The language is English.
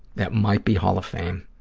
that might be hall of fame.